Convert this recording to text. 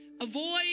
avoid